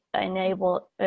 enable